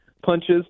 punches